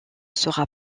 sera